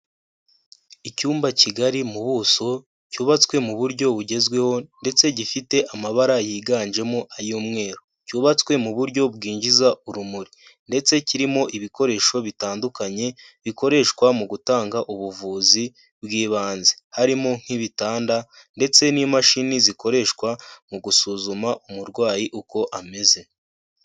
Icyumba kigari mu buso, cyubatswe mu buryo bugezweho ndetse gifite amabara yiganjemo ay'umweru. Cyubatswe mu buryo bwinjiza urumuri ndetse kirimo ibikoresho bitandukanye, bikoreshwa mu gutanga ubuvuzi bw'ibanze. Harimo nk'ibitanda ndetse n'imashini zikoreshwa mu gusuzuma umurwayi uko ameze.